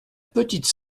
petite